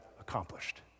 accomplished